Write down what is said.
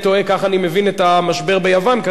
כך אני מבין את המשבר ביוון כרגע.